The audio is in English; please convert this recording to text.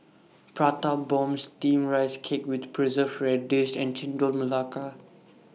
Prata Bomb Steamed Rice Cake with Preserved Radish and Chendol Melaka